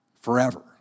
forever